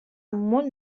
molt